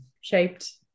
shaped